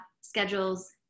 schedules